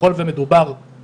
חשוב לי לחדד את ההבדל בין